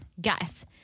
Guys